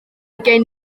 gen